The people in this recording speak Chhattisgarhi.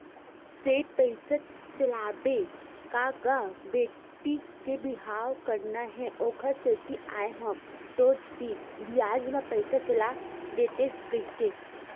सेठ पइसा चलाबे का गा बेटी के बिहाव करना हे ओखरे सेती आय हंव तोर तीर बियाज म पइसा चला देतेस कहिके